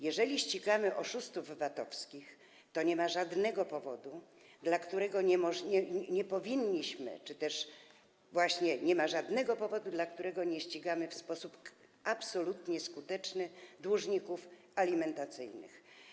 Jeżeli ścigamy oszustów VAT-owskich, to nie ma żadnego powodu, dla którego nie powinniśmy... czy też właśnie nie ma żadnego powodu, dla którego nie ścigamy w sposób absolutnie skuteczny dłużników alimentacyjnych.